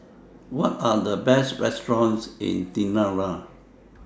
What Are The Best restaurants in Tirana